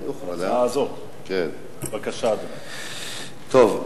בבקשה, אדוני.